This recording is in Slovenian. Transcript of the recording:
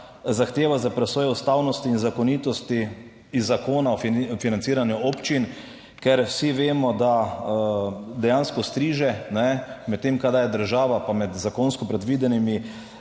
zahteva za presojo ustavnosti in zakonitosti iz zakona o financiranju občin, ker vsi vemo, da dejansko striže, med tem, kadar je država, pa med zakonsko predvidenimi